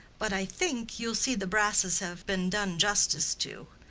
but i think you'll see the brasses have been done justice to.